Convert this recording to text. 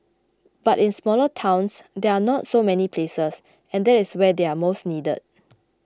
but in smaller towns there are not so many places and that is where they are most needed